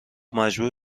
مجبور